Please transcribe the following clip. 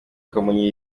kamonyi